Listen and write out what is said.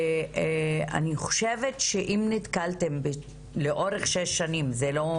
ואני חושבת שאם נתקלתם לאורך שש שנים, זה לא